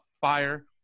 fire